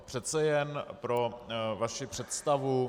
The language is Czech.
Přece jen pro vaši představu.